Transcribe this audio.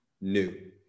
new